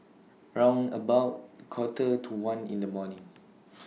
round about Quarter to one in The morning